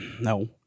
No